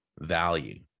value